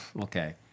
okay